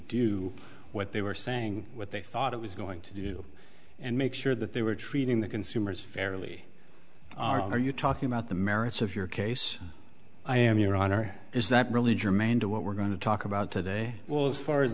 do what they were saying what they thought it was going to do and make sure that they were treating the consumers fairly are you talking about the merits of your case i am your honor is that really germane to what we're going to talk about today well as far as